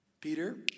Peter